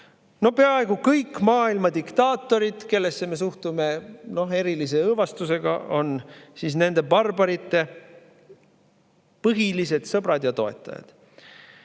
Peaaegu kõik maailma diktaatorid, kellesse me suhtume erilise õõvaga, on nende barbarite põhilised sõbrad ja toetajad.